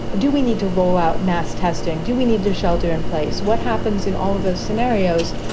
do we need to roll out mass testing? do we need to shelter in place? what happens in all of those scenarios?